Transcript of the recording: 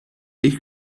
ich